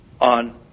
on